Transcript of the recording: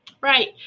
right